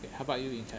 how about you ying kai